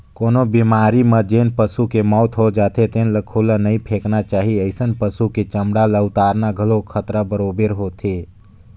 कोनो बेमारी म जेन पसू के मउत हो जाथे तेन ल खुल्ला नइ फेकना चाही, अइसन पसु के चमड़ा ल उतारना घलो खतरा बरोबेर होथे